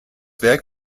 werk